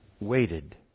waited